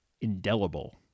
indelible